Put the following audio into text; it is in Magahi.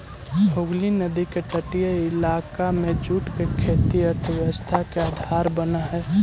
हुगली नदी के तटीय इलाका में जूट के खेती अर्थव्यवस्था के आधार बनऽ हई